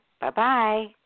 Bye-bye